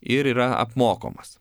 ir yra apmokomas